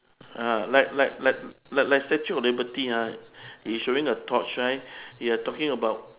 ah like like like like like statue of liberty ah is showing a torch right you're talking about